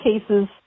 cases